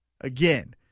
Again